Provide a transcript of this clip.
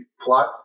plot